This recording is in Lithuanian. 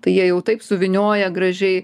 tai jie jau taip suvynioja gražiai